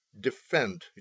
Defend